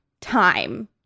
time